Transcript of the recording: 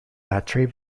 pat